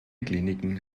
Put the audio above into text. kliniken